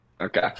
Okay